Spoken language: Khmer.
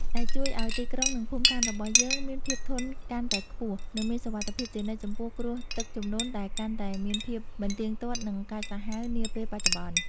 ដែលជួយឱ្យទីក្រុង និងភូមិឋានរបស់យើងមានភាពធន់កាន់តែខ្ពស់ និងមានសុវត្ថិភាពជានិច្ចចំពោះគ្រោះទឹកជំនន់ដែលកាន់តែមានភាពមិនទៀងទាត់ និងកាចសាហាវនាពេលបច្ចុប្បន្ន។